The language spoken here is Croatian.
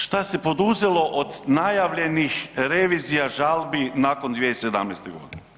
Šta se poduzelo od najavljenih revizija, žalbi nakon 2017.g.